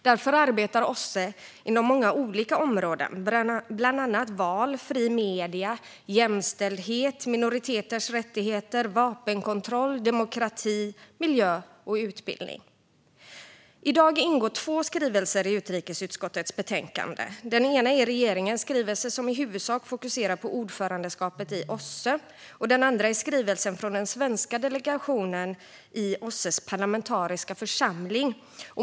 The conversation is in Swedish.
Därför arbetar OSSE inom många olika områden, bland annat val, fria medier, jämställdhet, minoriteters rättigheter, vapenkontroll, demokrati, miljö och utbildning. I dag ingår två skrivelser i utrikesutskottets betänkande. Den ena är regeringens skrivelse, som i huvudsak fokuserar på ordförandeskapet i OSSE. Den andra är skrivelsen från den svenska delegationen till OSSE:s parlamentariska församling.